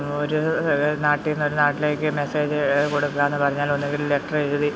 ഒരു നാട്ടിൽനിന്ന് ഒരു നാട്ടിലേക്ക് മെസ്സേജ് കൊടുക്കുകയെന്ന് പറഞ്ഞാൽ ഒന്നുകിൽ ലെറ്ററെഴുതി